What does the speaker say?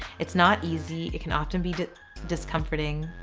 it's not easy it can often be discomforting,